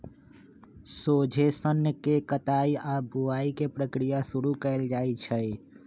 सोझे सन्न के कताई आऽ बुनाई के प्रक्रिया शुरू कएल जाइ छइ